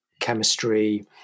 chemistry